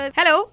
Hello